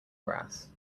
grass